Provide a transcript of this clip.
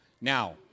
Now